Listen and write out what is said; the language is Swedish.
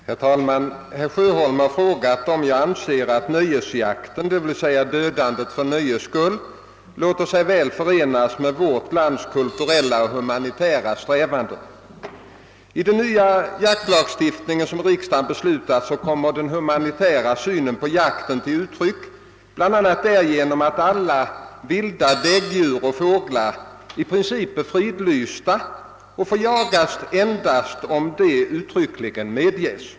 Herr talman! Herr Sjöholm har frågat om jag anser att nöjesjakten, d.v.s. dödandet för nöjes skull, låter sig väl förenas med vårt lands kulturella och humanitära strävanden. I den nya jaktlagstiftningen som riksdagen beslutat kommer den humanitära synen på jakten till uttryck bl.a. därigenom att alla vilda däggdjur och fåglar i princip är fridlysta och får jagas endast om det uttryckligt medges.